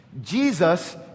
Jesus